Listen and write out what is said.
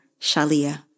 Shalia